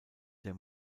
der